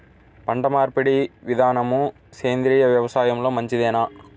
పంటమార్పిడి విధానము సేంద్రియ వ్యవసాయంలో మంచిదేనా?